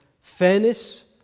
fairness